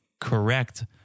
correct